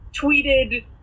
tweeted